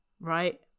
right